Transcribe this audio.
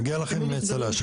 מגיע לכם צל"ש.